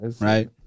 right